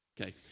okay